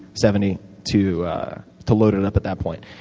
seventy to to load it up at that point.